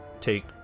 take